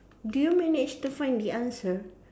do you manage to find the answer